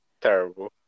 Terrible